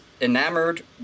enamored